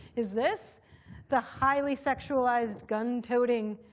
is this the highly sexualized, gun toting